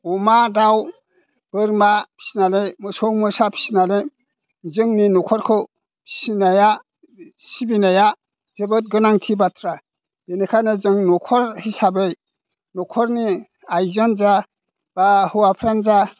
अमा दाउ बोरमा फिसिनानै मोसौ मोसा फिसिनानै जोंनि न'खरखौ सिनाया सिबिनाया जोबोद गोनांथि बाथ्रा बिनिखायनो जों न'खर हिसाबै न'खरनि आइजोआनो जा बा हौवाफ्रानो जा